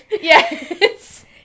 yes